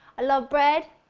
i love bread,